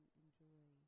enjoy